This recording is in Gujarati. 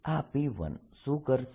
આ P1 શું કરશે